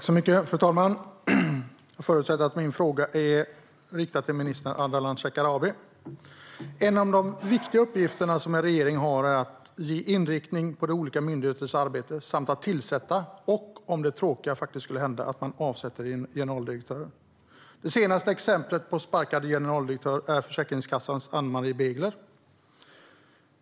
Fru talman! Jag förutsätter att min fråga är riktad till minister Ardalan Shekarabi. En av de viktiga uppgifter som en regering har är att ge inriktning på de olika myndigheternas arbete samt att tillsätta generaldirektörer och, om det tråkiga faktiskt skulle hända, avsätta generaldirektörer. Det senaste exemplet på en sparkad generaldirektör är Försäkringskassans Ann-Marie Begler.